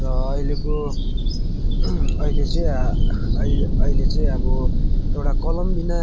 र अहिलेको अहिले चाहिँ अहिले अहिले चाहिँ अब एउटा कलमबिना